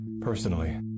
Personally